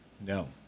No